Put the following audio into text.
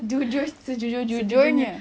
jujur sejujur-jujurnya